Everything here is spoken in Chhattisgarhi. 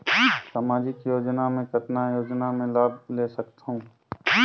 समाजिक योजना मे कतना योजना मे लाभ ले सकत हूं?